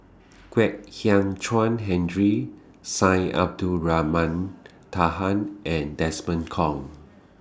Kwek Hian Chuan Henry Syed Abdulrahman Taha and Desmond Kon